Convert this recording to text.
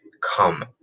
come